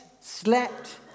slept